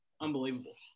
unbelievable